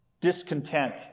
discontent